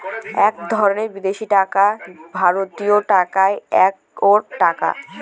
এক ধরনের বিদেশি টাকা ভারতীয় টাকায় একাত্তর টাকা